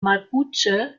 mapuche